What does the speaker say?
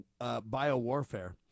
biowarfare